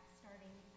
starting